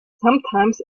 sometimes